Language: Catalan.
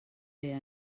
fer